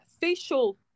facial